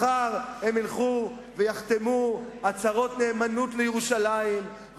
מחר הם ילכו ויחתמו על הצהרות נאמנות לירושלים,